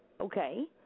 Okay